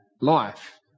life